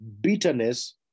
Bitterness